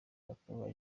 bakaba